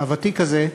הוותיק הזה,